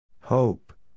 Hope